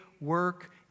work